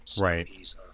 Right